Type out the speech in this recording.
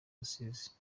rusizi